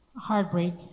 Heartbreak